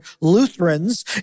Lutherans